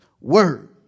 word